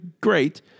great